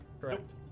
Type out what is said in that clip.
correct